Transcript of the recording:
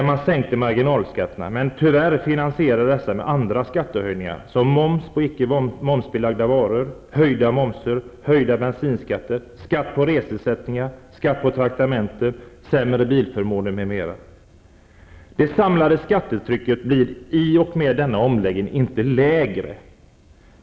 Man sänkte marginalskatterna, men tyvärr finansierades dessa sänkningar med andra skattehöjningar som moms på tidigare icke momsbelagda varor, momshöjningar, höjningar av bensinskatterna, skatt på reseersättningar och traktamenten samt sämre bilförmåner. Det samlade skattetrycket blev i och med denna omläggning inte lägre.